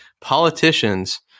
politicians